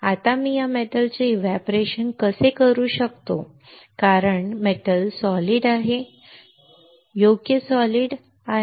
आता मी या धातूचे एव्हपोरेशन कसे करू शकतो कारण धातू सॉलिड आहे योग्य धातू सॉलिड आहे